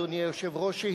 אדוני היושב-ראש,